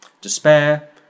despair